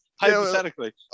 hypothetically